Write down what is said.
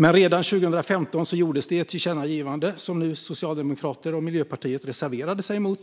Men redan 2015 gjordes ett tillkännagivande som Socialdemokraterna och Miljöpartiet då reserverade sig emot.